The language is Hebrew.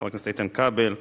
חבר הכנסת איתן כבל,